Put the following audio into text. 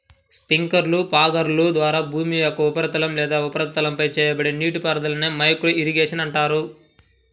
స్ప్రింక్లర్లు, ఫాగర్ల ద్వారా భూమి యొక్క ఉపరితలం లేదా ఉపరితలంపై చేయబడే నీటిపారుదలనే మైక్రో ఇరిగేషన్ అంటారు